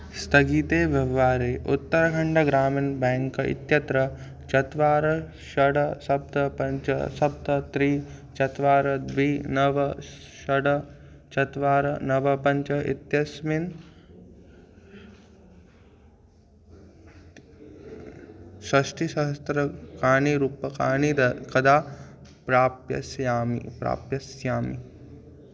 स्थगिते व्यव्हारे उत्तरखण्ड् ग्रामिन् बेङ्क् इत्यत्र चत्वारि षट् सप्त पञ्च सप्त त्रीणि चत्वारि द्वे नव षट् चत्वारि नव पञ्च इत्यस्मिन् षष्ठिसहस्राणि रूप्यकाणि द कदा प्राप्स्यामि प्राप्स्यामि